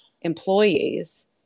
employees